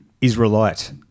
Israelite